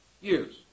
years